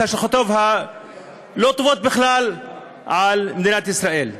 השלכותיו הלא-טובות בכלל על מדינת ישראל.